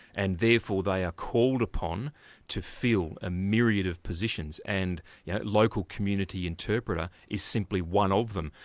and therefore they are called upon to fill a myriad of positions, and yeah local community interpreter is simply one of them.